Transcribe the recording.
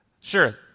sure